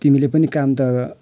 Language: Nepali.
तिमीले पनि काम त